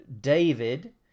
David